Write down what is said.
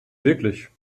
wirklich